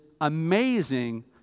amazing